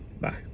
Bye